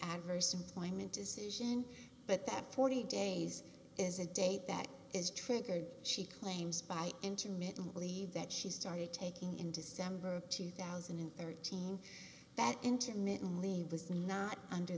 adverse employment decision but that forty days is a date that is triggered she claims by intermittent leave that she started taking in december of two thousand and thirteen that intermittently was not under